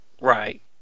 Right